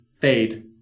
fade